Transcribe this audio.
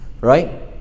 right